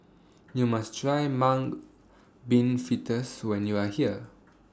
YOU must Try Mung Bean Fritters when YOU Are here